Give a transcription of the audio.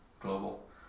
Global